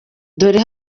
dore